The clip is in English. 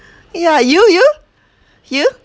ya you you you